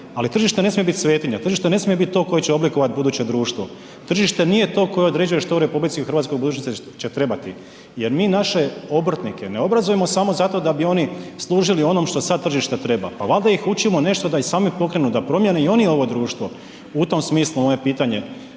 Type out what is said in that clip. ali tržište ne smije biti svetinja, tržište ne smije biti to koje će oblikovati buduće društvo, tržište nije to koje određuje što u RH u budućnosti će trebati. Jer mi naše obrtnike ne obrazujemo samo zato da bi oni služili onom što sad tržište treba. Pa valjda ih učimo nešto da i sami pokrenu, da promijene i oni ovo društvo. U tom smislu moje pitanje,